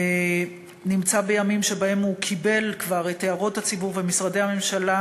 קיבל כבר את הערות הציבור ומשרדי הממשלה